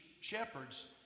shepherds